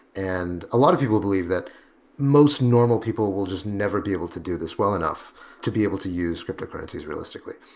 and a lot of people believe that most normal people will just never be able to do this well enough to be able use cryptocurrencies realistically.